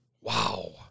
Wow